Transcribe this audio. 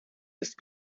ist